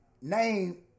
Name